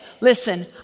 listen